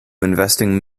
investing